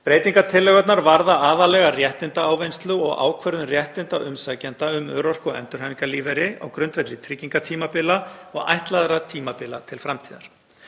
Breytingartillögurnar varða aðallega réttindaávinnslu og ákvörðun réttinda umsækjenda um örorku- og endurhæfingarlífeyri á grundvelli tryggingartímabila og ætlaðra tímabila til framtíðar.